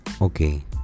Okay